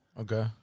Okay